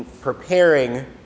preparing